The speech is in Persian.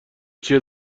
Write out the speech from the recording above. چیه